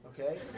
Okay